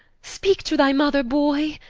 speake to thy mother boy.